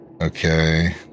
Okay